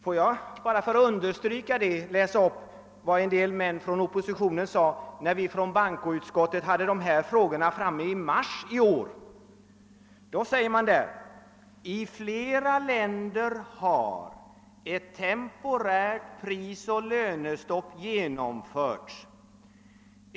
Får jag för att understryka detta läsa upp vad en del representanter för oppositionen sade när vi i bankoutskottet diskuterade dessa frågor i mars i år: »I flera länder har —-—— ett temporärt prisoch lönestopp genomförts.